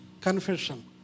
confession